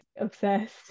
obsessed